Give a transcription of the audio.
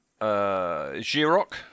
Giroc